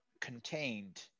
contained